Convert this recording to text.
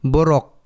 Borok